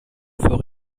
fort